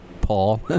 Paul